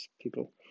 people